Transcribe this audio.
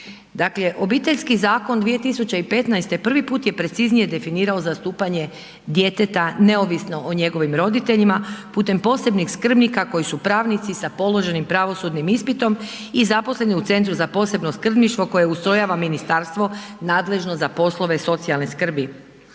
Dakle, Obiteljski zakon 2015. prvi put je preciznije definirao zastupanje djeteta neovisno o njegovim roditeljima putem posebnih skrbnika koji su pravnici sa položenim pravosudnim ispitom i zaposleni u centru za posebno skrbništvo koje ustrojava ministarstvo nadležno za poslove socijalne skrbi.